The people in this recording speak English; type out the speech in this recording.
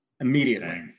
immediately